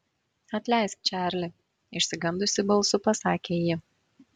atleisk čarli išsigandusi balsu pasakė ji